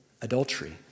adultery